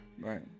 right